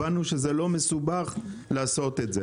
הבנו שלא מסובך לעשות זאת.